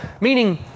Meaning